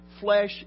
flesh